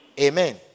Amen